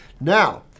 Now